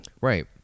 Right